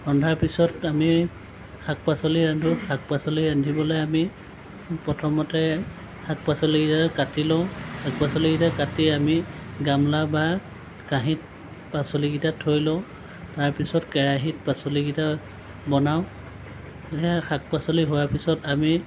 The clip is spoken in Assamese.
ৰন্ধাৰ পিছত আমি শাক পাচলি ৰান্ধোঁ শাক পাচলি ৰান্ধিবলৈ আমি প্ৰথমতে শাক পাচলিকেইটা কাটি লওঁ শাক পাচলিকেইটা কাটি আমি গামলা বা কাঁহীত পাচলিকেইটা থৈ লওঁ তাৰপিছত কেৰাহিত পাচলিকেইটা বনাওঁ সেই শাক পাচলি হোৱাৰ পিছত আমি